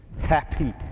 happy